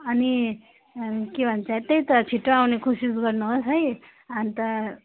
अनि के भन्छ त्यही त छिट्टो आउने कोसिस गर्नुहोस् है अन्त